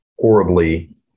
horribly